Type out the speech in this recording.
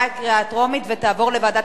לדיון מוקדם בוועדה